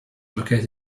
located